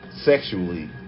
sexually